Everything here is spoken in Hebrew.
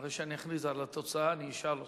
אחרי שאני אחזור על התוצאה אני אשאל אותך.